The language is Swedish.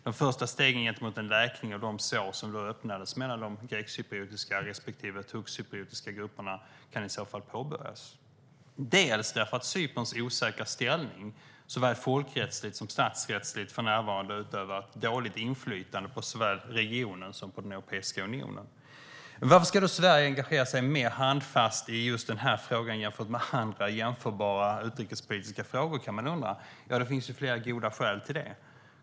De första stegen mot en läkning av de sår som då öppnades mellan de grekcypriotiska respektive turkcypriotiska grupperna kan i så fall påbörjas. Cyperns osäkra ställning såväl folkrättsligt som statsrättsligt utövar för närvarande ett dåligt inflytande på både regionen och Europeiska unionen. Varför ska då Sverige engagera sig mer handfast i just denna fråga jämfört med andra jämförbara utrikespolitiska frågor? Det finns flera goda skäl till det.